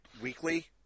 weekly